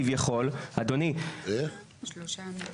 כביכול --- מה זה שלושה ימים?